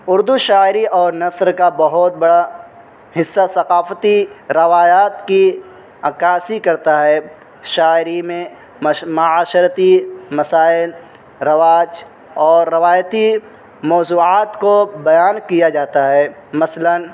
اردو شاعری اور نثر کا بہت بڑا حصہ ثقافتی روایات کی عکاسی کرتا ہے شاعری میں معاشرتی مسائل رواج اور روایتی موضوعات کو بیان کیا جاتا ہے مثلاً